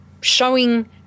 showing